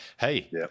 Hey